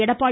Edappadi